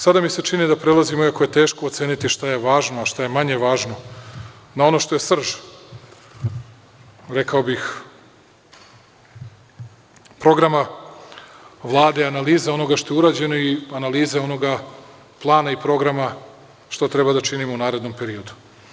Sada mi se čini da prelazimo na neku tešku, sada je teško oceniti šta je važno, a šta je manje važno, na ono što je srž, rekao bih programa Vlade i analize onoga što je urađeno i analize onoga plana i programa što treba da činimo u narednom periodu.